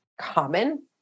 common